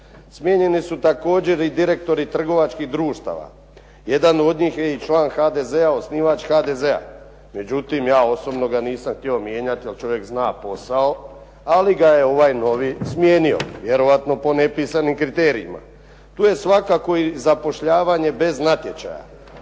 Smijenjeni su također i direktori trgovačkih društava. Jedan od njih je i član HDZ-a, osnivač HDZ-a. Međutim, ja osobno ga nisam htio mijenjati jer čovjek zna posao. Ali ga je ovaj novi smijenio, vjerojatno po nepisanim kriterijima. Tu je svakako i zapošljavanje bez natječaja.